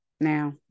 Now